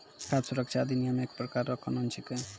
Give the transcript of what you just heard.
खाद सुरक्षा अधिनियम एक प्रकार रो कानून छिकै